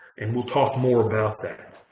and we'll talk more about that.